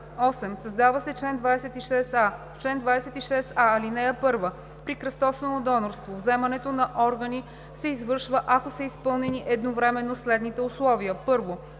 8. Създава се чл. 26а: „Чл. 26а. (1) При кръстосано донорство вземането на органи се извършва, ако са изпълнени едновременно следните условия: